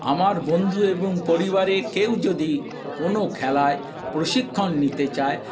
আমার বন্ধু এবং পরিবারে কেউ যদি কোনো খেলায় প্রশিক্ষণ নিতে চায়